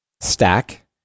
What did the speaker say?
stack